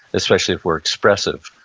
especially if we're expressive,